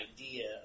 idea